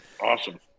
Awesome